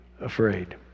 afraid